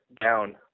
down